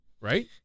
Right